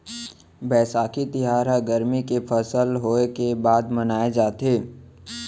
बयसाखी तिहार ह गरमी के फसल होय के बाद मनाए जाथे